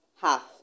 half